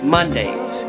Mondays